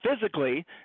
physically